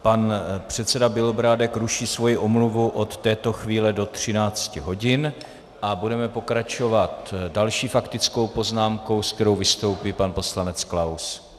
Pan předseda Bělobrádek ruší svoji omluvu od této chvíle do 13 hodin a budeme pokračovat další faktickou poznámkou, se kterou vystoupí pan poslanec Klaus.